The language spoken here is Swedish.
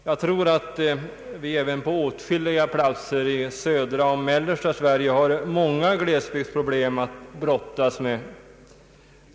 Jag tror att vi även på åtskilliga platser i södra och mellersta Sverige har många glesbygdsproblem att brottas med.